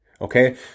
okay